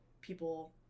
people